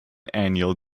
annual